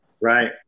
Right